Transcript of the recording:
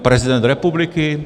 Prezident republiky?